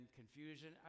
confusion